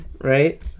right